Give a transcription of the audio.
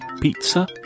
pizza